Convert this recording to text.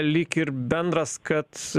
lyg ir bendras kad